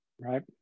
right